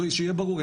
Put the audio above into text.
שיהיה ברור,